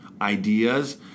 ideas